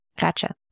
Gotcha